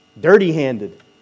dirty-handed